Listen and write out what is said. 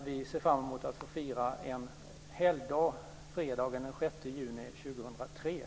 Vi ser fram emot att få fira en helgdag fredagen den 6 juni 2003. Tack!